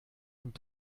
und